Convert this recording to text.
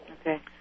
Okay